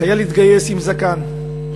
החייל התגייס עם זקן,